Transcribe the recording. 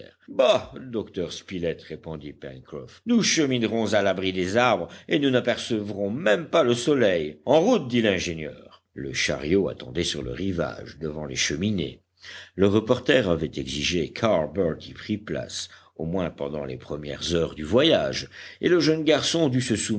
bah docteur spilett répondit pencroff nous cheminerons à l'abri des arbres et nous n'apercevrons même pas le soleil en route dit l'ingénieur le chariot attendait sur le rivage devant les cheminées le reporter avait exigé qu'harbert y prît place au moins pendant les premières heures du voyage et le jeune garçon dut